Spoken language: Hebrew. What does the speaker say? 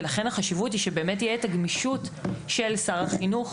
ולכן החשיבות היא שבאמת תהיה גמישות של שר החינוך,